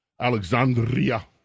Alexandria